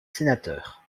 sénateur